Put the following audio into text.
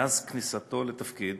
מאז כניסתו לתפקיד